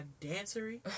dancery